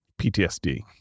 PTSD